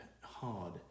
hard